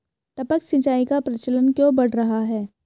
टपक सिंचाई का प्रचलन क्यों बढ़ रहा है?